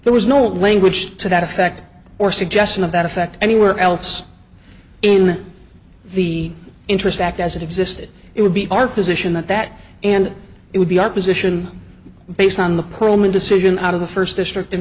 there was no language to that effect or suggestion of that effect anywhere else in the interest act as it existed it would be our position that that and it would be our position based on the pullman decision out of the first district in